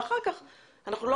אנחנו לא